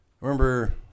remember